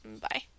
Bye